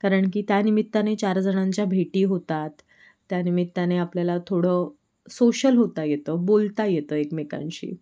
कारण की त्यानिमित्ताने चार जणांच्या भेटी होतात त्यानिमित्ताने आपल्याला थोडं सोशल होता येतं बोलता येतं एकमेकांशी